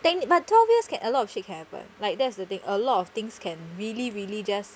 dang it but twelve years can a lot of a lot of shit can happen like that's the thing a lot of things can really really just